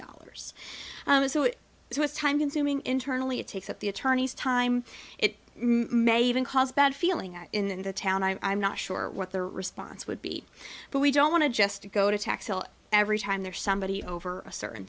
dollars so it's time consuming internally it takes up the attorney's time it may even cause bad feeling in the town and i'm not sure what their response would be but we don't want to just go to tax every time there's somebody over a certain